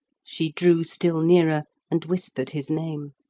she drew still nearer, and whispered his name.